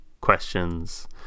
questions